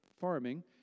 farming